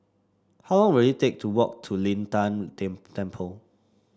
how will it take to walk to Lin Tan Tem Temple